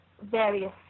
various